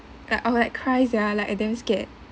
like I would like cry lah like I damn scared